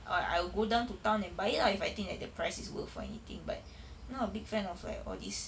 err I'll go down to town and buy it lah if I think that the price is worth or anything but not a big fan of like all these